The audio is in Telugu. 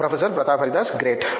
professor Pratap Haridas great